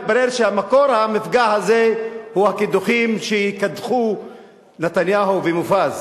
מתברר שמקור המפגע הזה הוא הקידוחים שקדחו נתניהו ומופז